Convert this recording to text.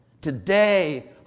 today